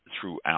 throughout